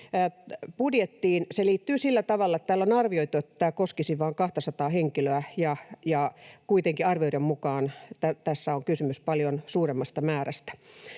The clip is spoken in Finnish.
budjettiin? Se liittyy sillä tavalla, että täällä on arvioitu, että tämä koskisi vain 200:aa henkilöä, ja kuitenkin arvioiden mukaan tässä on kysymys paljon suuremmasta määrästä.